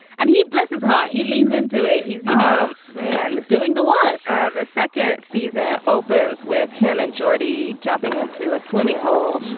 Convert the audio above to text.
and he bless his heart. he leans into it. he's, you know, man is doing the work the second season opens with him and jocketty jumping into a swimming hole,